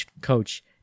coach